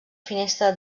finestra